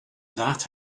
that